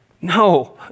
no